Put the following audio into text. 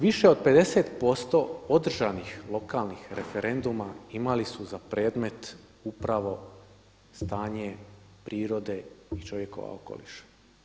Više od 50% održanih lokalnih referenduma imali su za predmet upravo stanje prirode i čovjekova okoliša.